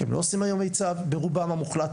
כי הם לא עושים היום מיצ"ב ברובם המוחלט,